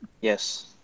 Yes